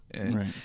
Right